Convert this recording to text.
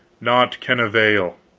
naught can avail.